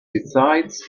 besides